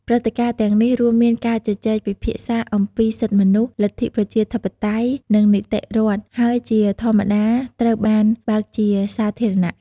ព្រឹត្តិការណ៍ទាំងនេះរួមមានការជជែកពិភាក្សាអំពីសិទ្ធិមនុស្ស លទ្ធិប្រជាធិបតេយ្យ និងនីតិរដ្ឋ ហើយជាធម្មតាត្រូវបានបើកជាសាធារណៈ។